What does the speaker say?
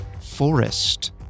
Forest